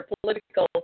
political